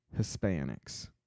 Hispanics